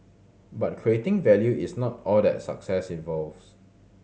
but creating value is not all that success involves